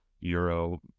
euro